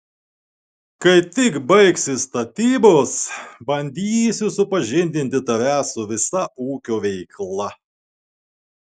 kai tik baigsis statybos bandysiu supažindinti tave su visa ūkio veikla